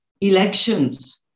elections